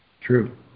True